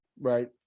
right